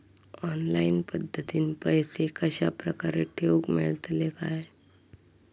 Online पद्धतीन पैसे कश्या प्रकारे ठेऊक मेळतले काय?